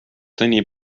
seni